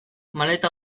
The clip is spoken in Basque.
maleta